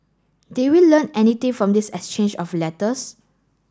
did we learn anything from this exchange of letters